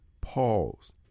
pause